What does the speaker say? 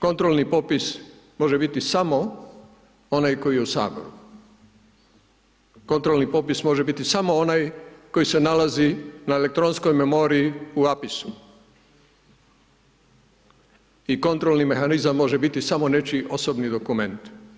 Kontrolni popis može biti samo onaj koji je u Saboru, kontrolni popis može biti samo onaj koji se nalazi na elektronskoj memoriji u APIS-u i kontrolni mehanizam može biti samo nečiji osobni dokument.